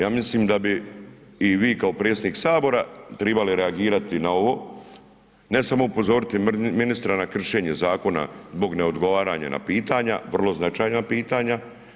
Ja mislim da bi i vi kao predsjednik Sabora trebali reagirati na ovo, ne samo upozoriti ministra na kršenje zakona zbog neodgovaranja na pitanja, vrlo značajna pitanja.